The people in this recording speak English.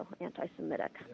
anti-Semitic